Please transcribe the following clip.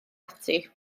ati